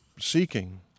seeking